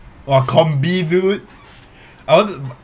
!wah! combi~ dude I want